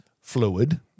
fluid